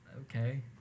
okay